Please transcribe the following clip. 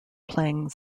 playing